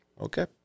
Okay